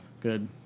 Good